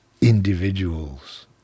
individuals